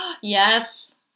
Yes